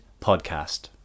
Podcast